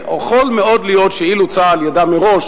ויכול מאוד להיות שאילו ידע צה"ל מראש